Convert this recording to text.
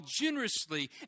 generously